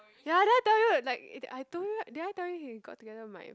ya did I tell you like I told you did I tell you he got together with my